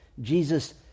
jesus